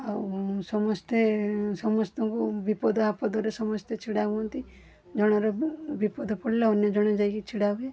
ଆଉ ସମସ୍ତେ ସମସ୍ତଙ୍କୁ ବିପଦ ଆପଦରେ ସମସ୍ତେ ଛିଡ଼ା ହୁଅନ୍ତି ଜଣର ବିପଦ ପଡ଼ିଲେ ଅନ୍ୟ ଜଣେ ଯାଇକି ଛିଡ଼ା ହୁଏ